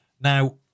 Now